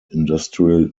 industrial